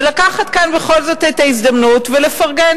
ולקחת כאן בכל זאת את ההזדמנות ולפרגן,